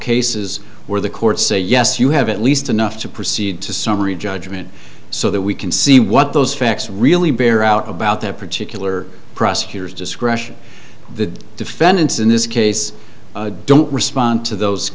cases where the courts say yes you have at least enough to proceed to summary judgment so that we can see what those facts really bear out about that particular prosecutor's discretion the defendants in this case don't respond to those